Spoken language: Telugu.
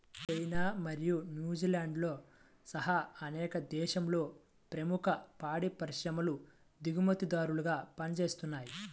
చైనా మరియు న్యూజిలాండ్తో సహా అనేక దేశాలలో ప్రముఖ పాడి పరిశ్రమలు దిగుమతిదారులుగా పనిచేస్తున్నయ్